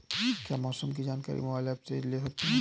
क्या मौसम की जानकारी मोबाइल ऐप से ले सकते हैं?